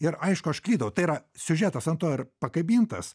ir aišku aš klydau tai yra siužetas ant to ir pakabintas